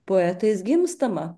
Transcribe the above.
poetais gimstama